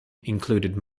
included